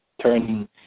turning